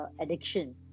addiction